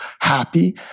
happy